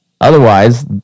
otherwise